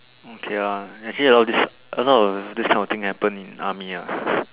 okay ah actually a lot of this a lot of this kind of thing happen in army ah